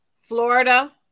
Florida